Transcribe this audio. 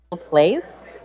place